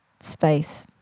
space